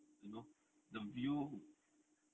you know the view